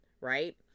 right